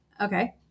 okay